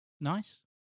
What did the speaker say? nice